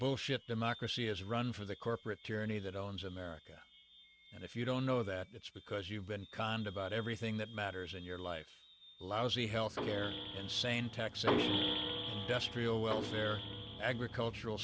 bullshit democracy is run for the corporate journey that owns america and if you don't know that it's because you've been conned about everything that matters in your life lousy healthcare insane tax just real welfare agricultural